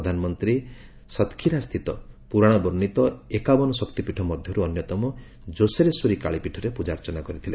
ପ୍ରଧାନମନ୍ତ୍ରୀ ସତ୍ଖିରାସ୍ଥିତ ପୁରାଣ ବର୍ଷ୍ଣିତ ଏକାବନ ଶକ୍ତିପୀଠ ମଧ୍ୟରୁ ଅନ୍ୟତମ ଯେଶୋରେଶ୍ୱରୀ କାଳୀପୀଠରେ ପୂଜାର୍ଚ୍ଚନା କରିଥିଲେ